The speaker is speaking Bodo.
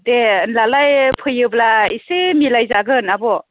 दे होनब्लालाय फैयोब्ला एसे मिलायजागोन आब'